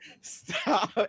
Stop